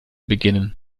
beginnen